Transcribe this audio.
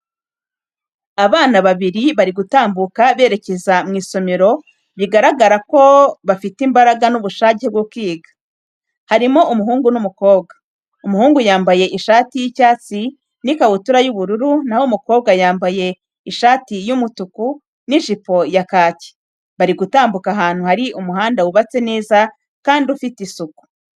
Abana babiri bari gutambuka berekeza mu isomero bigaragara ko bafite imbaraga n'ubushake bwo kwiga, harimo umuhungu n'umukobwa. Umuhungu yambaye ishati y'icyatsi n'ikabutura y'ubururu na ho umukobwa yambaye ishati y'umutuku n'ijipo ya kaki, bari gutambuka ahantu hari umuhanda wubatse neza kandi ufite isuku.